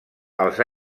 als